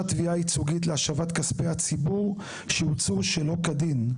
תביעה ייצוגית להשבת כספי הציבור שהוצאו שלא כדין.